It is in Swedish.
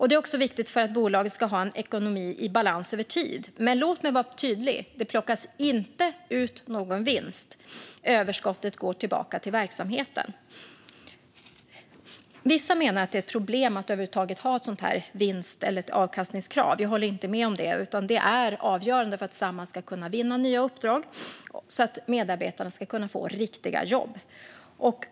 Det är också viktigt för att bolaget ska ha en ekonomi i balans över tid. Men låt mig vara tydlig: Det plockas inte ut någon vinst. Överskottet går tillbaka till verksamheten. Vissa menar att det är ett problem att över huvud taget ha ett vinst eller avkastningskrav. Jag håller inte med om det. Det är avgörande för att Samhall ska kunna vinna nya uppdrag så att medarbetarna ska kunna få riktiga jobb.